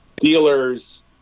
dealers